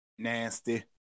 Nasty